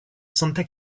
santa